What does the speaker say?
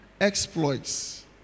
exploits